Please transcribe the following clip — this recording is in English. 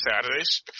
Saturdays